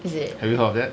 have you heard of that